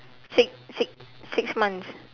six six six months